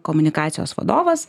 komunikacijos vadovas